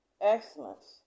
excellence